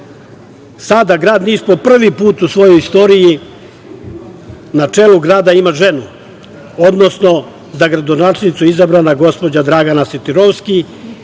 grad Niš, po prvi put u svojoj istoriji, na čelu ima ženu, odnosno za gradonačelnicu je izabrana gospođa Dragana Sotirovski